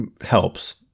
helps